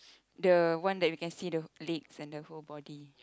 the one that we can see the legs and the whole body